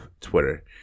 Twitter